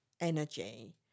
energy